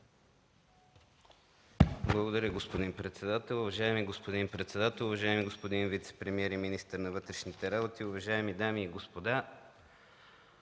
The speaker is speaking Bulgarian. Благодаря, господин председател. Уважаеми господин председател, уважаеми господин вицепремиер и министър на вътрешните работи, уважаеми дами и господа!